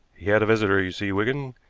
he had a visitor, you see, wigan,